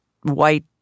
white